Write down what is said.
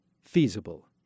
feasible